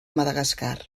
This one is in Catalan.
madagascar